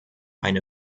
eine